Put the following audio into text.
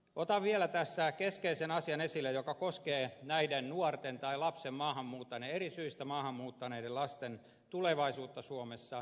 otan vielä tässä keskeisen asian esille joka koskee näiden nuorten tai lasten eri syistä maahan muuttaneiden lasten tulevaisuutta suomessa